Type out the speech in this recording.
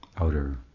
outer